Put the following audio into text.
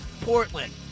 Portland